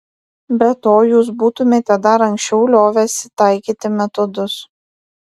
be to jūs būtumėte dar anksčiau liovęsi taikyti metodus